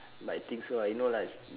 but I think so lah you no life